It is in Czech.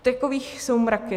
Takových jsou mraky.